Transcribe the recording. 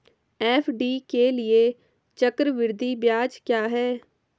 FD के लिए चक्रवृद्धि ब्याज क्या है?